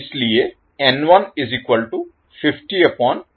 इसलिए टर्न्स